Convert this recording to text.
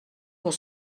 pour